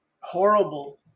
horrible